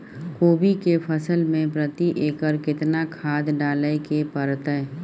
कोबी के फसल मे प्रति एकर केतना खाद डालय के परतय?